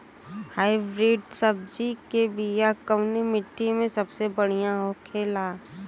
Hybrid सब्जी के बिया कवने मिट्टी में सबसे बढ़ियां होखे ला?